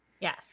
Yes